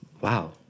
wow